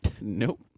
Nope